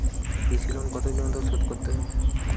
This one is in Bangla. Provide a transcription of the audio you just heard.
কৃষি লোন কতদিন অন্তর শোধ করতে হবে?